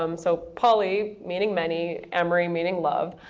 um so poly meaning many, amory meaning love.